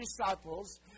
disciples